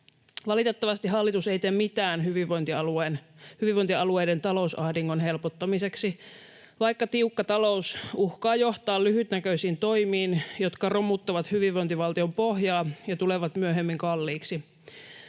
Valitettavasti hallitus ei tee mitään hyvinvointialueiden talousahdingon helpottamiseksi, vaikka tiukka talous uhkaa johtaa lyhytnäköisiin toimiin, jotka romuttavat hyvinvointivaltion pohjaa ja tulevat myöhemmin kalliiksi.